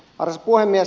arvoisa puhemies